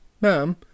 ma'am